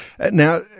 Now